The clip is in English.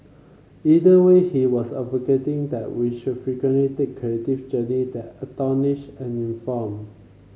either way he was advocating that we should frequently take creative journey that astonish and inform